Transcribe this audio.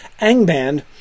Angband